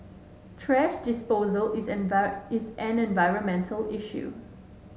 thrash disposal is an is an environmental issue